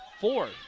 fourth